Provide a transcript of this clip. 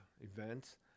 events